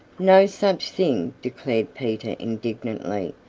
no such thing! declared peter indignantly.